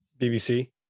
BBC